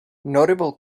notable